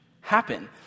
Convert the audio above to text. happen